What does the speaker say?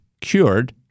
cured